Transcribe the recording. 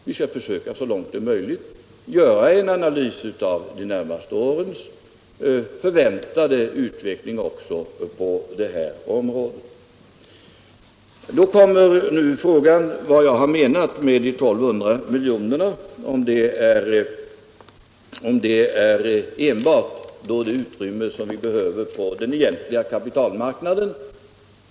Vi skall så långt möjligt försöka att göra en analys av de närmaste årens förväntade utveckling också på detta område. Jag vill sedan ta upp frågan om vad jag har menat med de 1 200 miljonerna, dvs. om detta är det utrymme vi behöver i fråga om kapitalanskaffning.